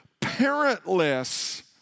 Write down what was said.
parentless